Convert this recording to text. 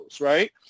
right